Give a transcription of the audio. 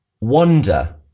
wonder